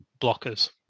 blockers